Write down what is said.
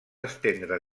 estendre